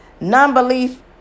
Non-belief